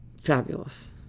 Fabulous